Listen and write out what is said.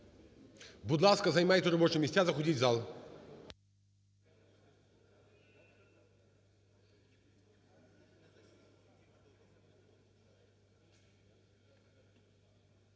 Будь ласка, займайте робочі місця, заходіть в зал.